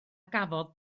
gafodd